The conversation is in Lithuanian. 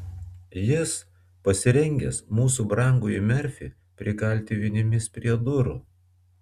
jis pasirengęs mūsų brangųjį merfį prikalti vinimis prie durų